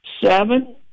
seven